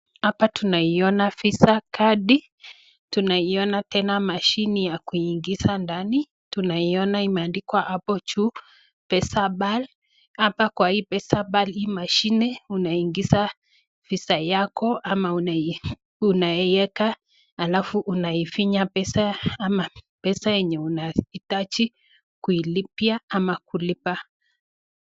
Hapa tunaiona viza, kadi, tunaiona tena mashini ya kuingiza ndani, tunaiona imeandikwa hapo juu pesapal. hapa kwa hii pesapal hii mashini, unaingiza viza yako, ama unaiweka alafu unaifinya pesa ama pesa enye unaziitaji kuilipia ama kulipa.